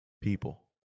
People